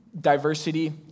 diversity